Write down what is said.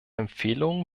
empfehlungen